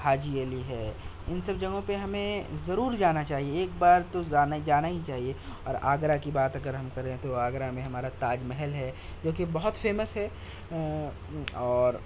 حاجی علی ہے ان سب جگہوں پہ ہمیں ضرور جانا چاہیے ایک بار تو جانا ہی جانا ہی چاہیے اور آگرہ کی بات اگر ہم کریں تو آگرہ میں ہمارا تاج محل ہے جو کی بہت فیمس ہے اور